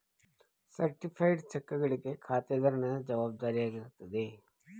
certified ಚೆಕ್ಗಳಿಗೆ ಖಾತೆದಾರನ ಜವಾಬ್ದಾರಿಯಾಗಿರುತ್ತದೆ